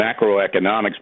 macroeconomics